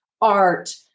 art